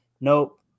nope